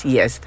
Yes